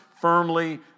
firmly